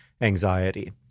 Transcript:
anxiety